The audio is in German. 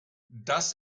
das